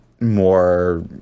more